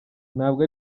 ntabwo